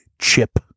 Chip